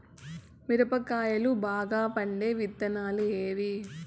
మిరప కాయలు బాగా పండే విత్తనాలు ఏవి